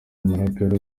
umuraperi